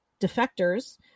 defectors